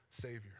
Savior